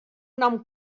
nom